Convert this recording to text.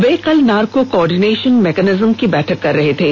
वे कल narco coordination mechanism की बैठक कर रहे थे